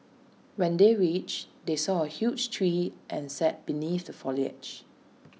when they reached they saw A huge tree and sat beneath the foliage